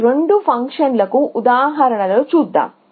ఈ రెండు ఫంక్షన్లకు ఉదాహరణలు చూద్దాం